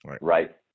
Right